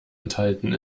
enthalten